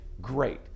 great